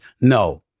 No